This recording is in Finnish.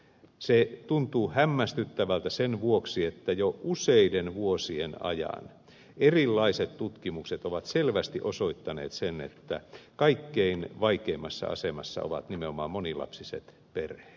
se tuntuu hämmästyttävältä sen vuoksi että jo useiden vuosien ajan erilaiset tutkimukset ovat selvästi osoittaneet sen että kaikkein vaikeimmassa asemassa ovat nimenomaan monilapsiset perheet